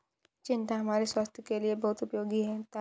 चिचिण्डा हमारे स्वास्थ के लिए बहुत उपयोगी होता है